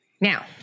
Now